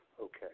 okay